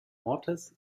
ortes